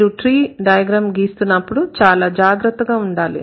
మీరు tree diagram గీస్తున్నప్పుడు చాలా జాగ్రత్తగా ఉండాలి